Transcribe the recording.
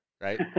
Right